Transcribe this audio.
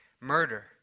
murder